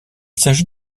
s’agit